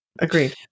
Agreed